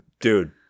Dude